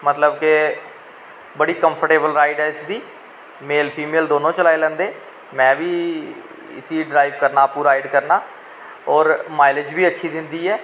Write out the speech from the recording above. मतलब के बड़ी कंफर्टेबल राईड ऐ इसदी मेल फीमेल दोनों चलाई लैंदे में बी इस्सी ड्राईव करना आपूं राईड करनां और माईलेज बी अच्छी दिंदी ऐ